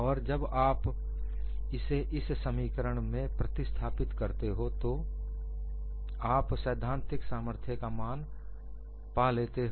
और जब आप इसे इस समीकरण में प्रतिस्थापित करते हो तो आप सैद्धांतिक सामर्थ्य का मान पा लेते हो